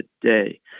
today